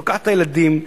לוקחת את הילדים,